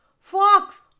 Fox